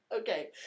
Okay